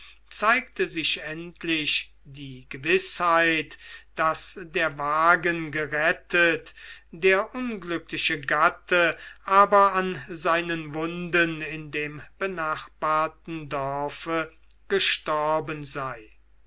zeigte sich endlich die gewißheit daß der wagen gerettet der unglückliche gatte aber an seinen wunden in dem benachbarten dorfe gestorben sei